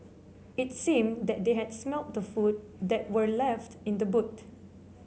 it seemed that they had smelt the food that were left in the boot